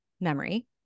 memory